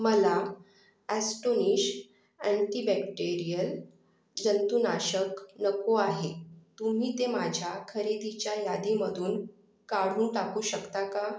मला Astonish antibacterial जंतुनाशक नको आहे तुम्ही ते माझ्या खरेदीच्या यादीमधून काढून टाकू शकता का